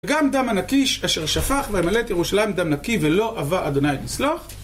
גם דם הנקי אשר שפך, וימלא את ירושלים דם נקי ולא אבה אדוני לסלוח